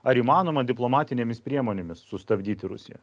ar įmanoma diplomatinėmis priemonėmis sustabdyti rusiją